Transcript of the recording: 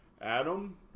Adam